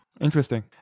Interesting